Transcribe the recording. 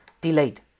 delayed